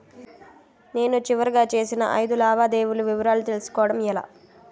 నేను చివరిగా చేసిన ఐదు లావాదేవీల వివరాలు తెలుసుకోవటం ఎలా?